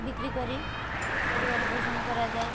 ବିକ୍ରି କରି ପରିବାର ପୋଷଣ କରାଯାଏ